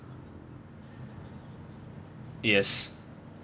yes